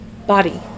body